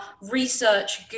research